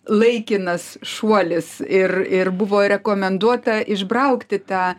laikinas šuolis ir ir buvo rekomenduota išbraukti tą